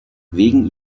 wegen